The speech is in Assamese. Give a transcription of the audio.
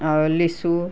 আৰু লিচু